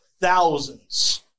thousands